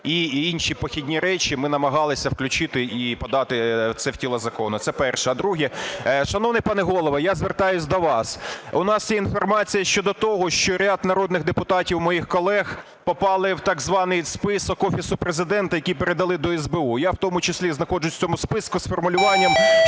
і інші похідні речі ми намагалися включити і подати це в тіло закону. Це перше. Друге. Шановний пане Голово, я звертаюсь до вас. У нас є інформація щодо того, що ряд народних депутатів, моїх колег, попали в так званий список Офісу Президента, який передали до СБУ. Я в тому числі знаходжусь в цьому списку з формулюванням,